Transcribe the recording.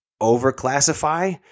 over-classify